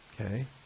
Okay